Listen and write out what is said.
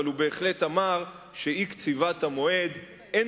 אבל הוא בהחלט אמר שאי-קציבת המועד אין